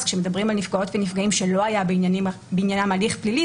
אז כשמדברים על נפגעות ונפגעים שלא היה בעניינם הליך פלילי,